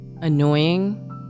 annoying